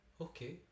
Okay